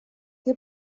che